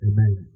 Amen